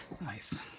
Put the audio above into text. Nice